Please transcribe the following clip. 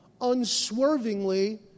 unswervingly